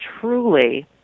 truly